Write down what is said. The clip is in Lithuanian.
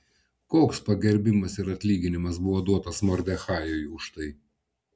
koks pagerbimas ir atlyginimas buvo duotas mordechajui už tai